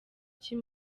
cy’i